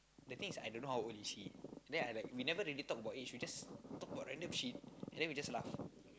the thing is I don't know how old is she then I like we never really talk about age we just talk about random shit then we just laugh